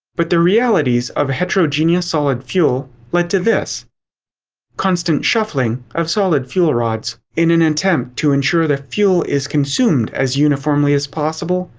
but the realities of heterogeneous solid fuel led to this constant shuffling of solid fuel rods, in an attempt to ensure the fuel is consumed as uniformly as possible,